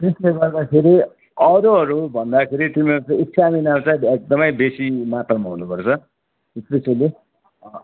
त्यसले गर्दाखेरि अरूहरू भन्दाखेरि तिम्रो चाहिँ स्टामिना चाहिँ एकदमै बेसी मात्रामा हुनुपर्छ स्पेसली